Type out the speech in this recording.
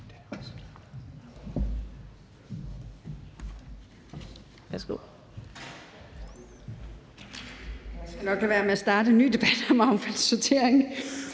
Jeg skal nok lade være med at starte en ny debat om affaldssortering